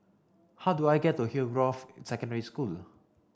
how do I get to Hillgrove Secondary School